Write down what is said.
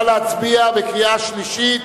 נא להצביע בקריאה שלישית,